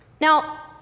Now